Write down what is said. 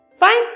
Fine